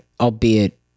albeit